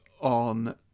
on